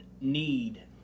need